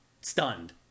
stunned